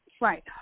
Right